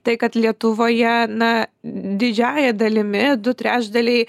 tai kad lietuvoje na didžiąja dalimi du trečdaliai